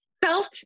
Felt